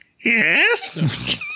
Yes